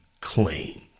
clean